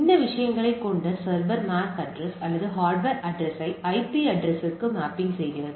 இந்த விஷயங்களைக் கொண்ட சர்வர் MAC அட்ரஸ் அல்லது ஹார்ட்வர் அட்ரஸ்யை ஐபி அட்ரஸ்க்கு மேப்பிங் செய்கிறது